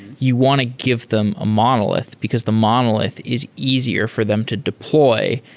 you want to give them a monolith, because the monolith is easier for them to deploy,